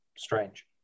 strange